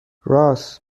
راس